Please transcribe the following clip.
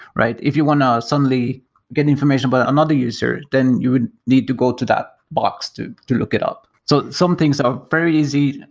right? if you want to suddenly get information about another user, then you would need to go to that box to to look it up. so some things are very easy.